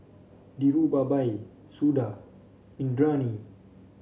Dhirubhai Suda Indranee